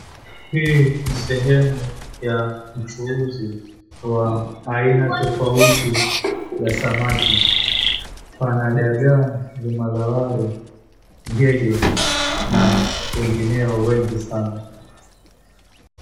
Hii ni sehemu ya mchuuzi wa aina tofauti ya samaki, pana dagaa, namala wari , ngege na wengineo wengi sana.